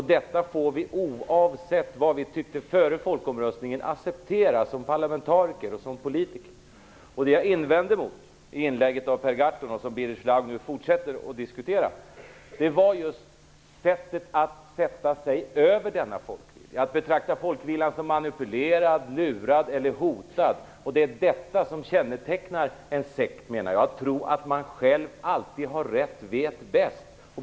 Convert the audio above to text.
Detta får vi som parlamentariker, politiker, acceptera - oavsett vad vi tyckte före folkomröstningen. Vad jag invänder mot när det gäller Per Gahrtons inlägg, och Birger Schlaug fortsätter att diskutera samma sak, är just sättet att sätta sig över denna folkvilja. Folkviljan betraktas som manipulerad, lurad eller hotad. Jag menar att det är sådant som kännetecknar en sekt, dvs. att man tror att man själv alltid har rätt och vet bäst.